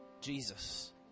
Jesus